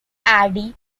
hardy